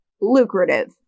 lucrative